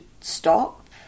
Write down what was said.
stop